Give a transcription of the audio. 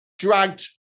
Dragged